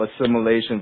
assimilation